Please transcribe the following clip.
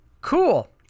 Cool